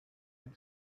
ein